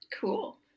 Cool